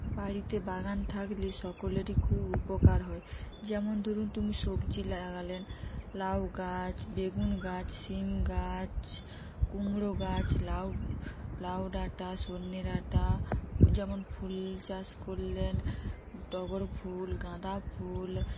বাড়িতে বাগান থাকলে সকলেরই খুব উপকার হয় যেমন ধরুন তুমি সবজি লাগালেন লাউ গাছ বেগুন গাছ শিম গাছ কুমড়ো গাছ লাউ লাউ ডাঁটা সজনে ডাঁটা যেমন ফুল চাষ করলেন টগর ফুল গাঁদা ফুল